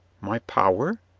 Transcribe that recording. my power?